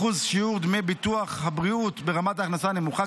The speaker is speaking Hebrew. שיעור דמי ביטוח הבריאות ברמת ההכנסה הנמוכה,